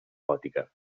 gòtica